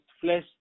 flesh